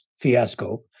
fiasco